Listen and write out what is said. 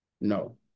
no